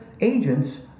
agents